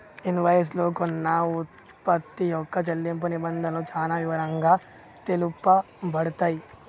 invoice లో కొన్న వుత్పత్తి యొక్క చెల్లింపు నిబంధనలు చానా వివరంగా తెలుపబడతయ్